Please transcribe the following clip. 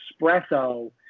espresso